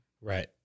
Right